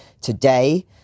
today